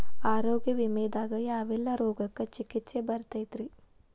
ಆರೋಗ್ಯ ವಿಮೆದಾಗ ಯಾವೆಲ್ಲ ರೋಗಕ್ಕ ಚಿಕಿತ್ಸಿ ಬರ್ತೈತ್ರಿ?